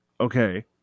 okay